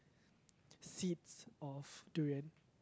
seeds of durian